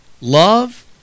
love